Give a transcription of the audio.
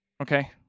okay